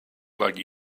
like